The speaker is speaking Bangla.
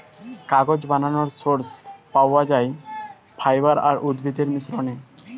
কাগজ বানানোর সোর্স পাওয়া যায় ফাইবার আর উদ্ভিদের মিশ্রণে